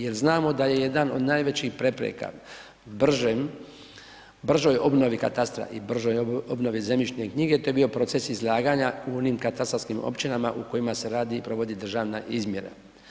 Jer znamo da je jedan od najvećih prepreka bržoj obnovi katastra i bržoj obnovi zemljišne knjige, to je bio proces izlaganja u onim katastarskim općinama u kojima se radi i provodi državna izmjera.